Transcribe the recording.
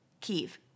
Kiev